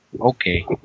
Okay